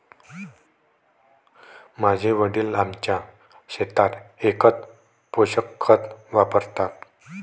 माझे वडील आमच्या शेतात एकच पोषक खत वापरतात